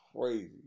crazy